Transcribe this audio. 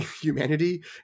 humanity